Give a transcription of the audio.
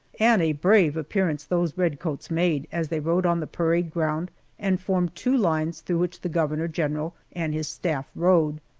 and a brave appearance those redcoats made as they rode on the parade ground and formed two lines through which the governor general and his staff rode,